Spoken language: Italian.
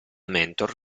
mentor